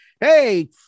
hey